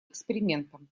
экспериментам